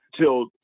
till